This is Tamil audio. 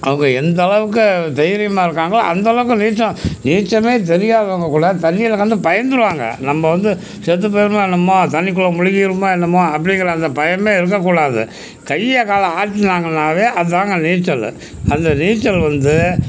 அவங்க எந்தளவுக்கு தைரியமாக இருக்காங்களோ அந்தளவுக்கு நீச்சம் நீச்சமே தெரியாதவங்க கூட தண்ணியில் வந்து பயந்துருவாங்க நம்ம வந்து செத்து போயிருவமோ என்னமோ தண்ணிக்குள்ள முழுகிறமோ என்னமோ அப்படிங்கிற அந்த பயமே இருக்கக்கூடாது கையை காலை ஆட்னாங்கனாவே அதாங்க நீச்சல் அந்த நீச்சல் வந்து